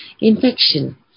infection